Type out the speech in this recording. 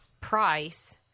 price